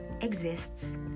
exists